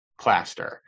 plaster